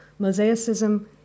mosaicism